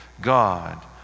God